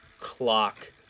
clock